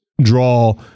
draw